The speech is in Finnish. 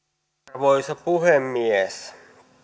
arvoisa puhemies